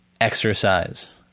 exercise